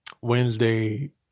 Wednesday